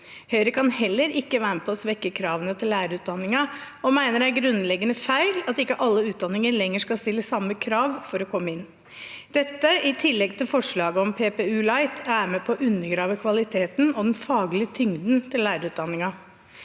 Høyre kan heller ikke være med på å svekke kravene til lærerutdanningen og mener det er grunnleggende feil at ikke alle utdanninger lenger skal stille samme krav for å komme inn. I tillegg til forslaget om PPU-light er dette med på å undergrave kvaliteten og den faglige tyngden til lærerutdanningen.